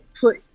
put